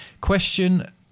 Question